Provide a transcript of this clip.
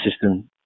system